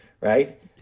right